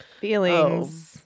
feelings